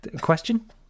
Question